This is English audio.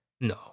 No